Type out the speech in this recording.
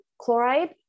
chloride